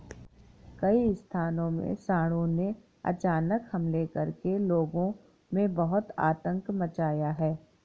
कई स्थानों में सांडों ने अचानक हमले करके लोगों में बहुत आतंक मचाया है